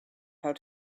how